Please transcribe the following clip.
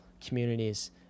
communities